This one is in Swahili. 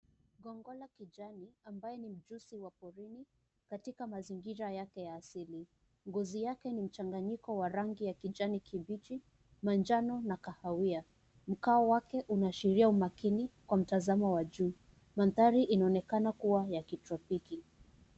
Gongola kijani ambaye ni mjusi wa porini katika mazingira yake ya asili. Ngozi yake ni mchanganyiko wa rangi ya kijani kibichi, manjano na kahawia. Mkao wake unaashiria umakini kwa mtazamo wa juu. Mandhari inaonekana kuwa ya kitropiki.